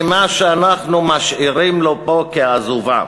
ממה שאנחנו משאירים לו פה כעזובה.